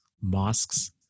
mosques